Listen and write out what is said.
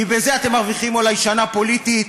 כי בזה אתם מרוויחים אולי שנה פוליטית,